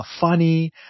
funny